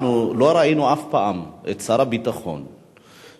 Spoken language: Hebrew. אנחנו לא ראינו אף פעם את שר הביטחון משיב,